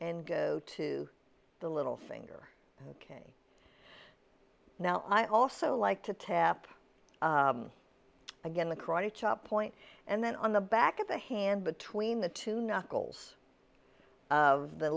and go to the little finger now i also like to tap again the karate chop point and then on the back of the hand between the two knuckles of the